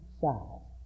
size